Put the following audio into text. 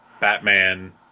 Batman